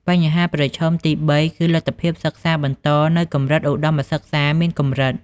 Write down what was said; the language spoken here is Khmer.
បញ្ហាប្រឈមទី៣ គឺលទ្ធភាពសិក្សាបន្តនៅកម្រិតឧត្ដមសិក្សាមានកម្រិត។